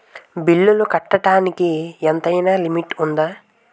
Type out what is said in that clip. బిల్లులు కట్టడానికి ఎంతైనా లిమిట్ఉందా?